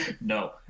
No